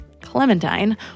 Clementine